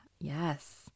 Yes